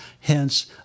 hence